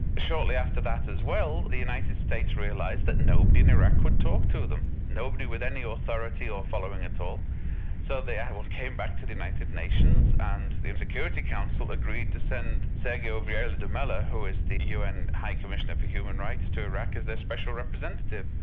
shortly after that as well, the united states realised that nobody in iraq would talk to them nobody with any authority or following at all so they came back to the united nations and the security council agreed to send sergio vieira de mello, who is the u. n. high commissioner for human rights to iraq as their special representative.